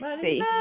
see